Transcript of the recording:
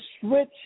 switch